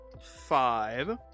five